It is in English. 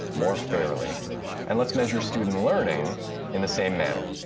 more fairly and let's measure student learning in the same manner.